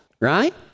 right